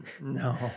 No